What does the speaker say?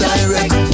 Direct